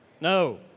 no